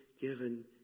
given